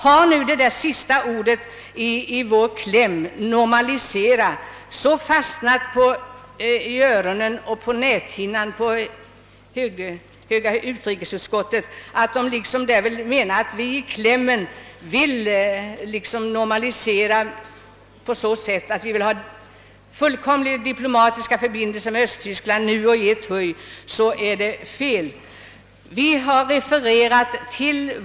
Har nu vårt ord i motionens kläm — »normalisera» — fastnat i öronen och på näthinnorna av utrikesutskottets medlemmar så att de tror att vi vill »normalisera» genom att införa fullständiga diplomatiska förbindelser med Östtyskland genast, är detta fel uppfat tat.